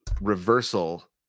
reversal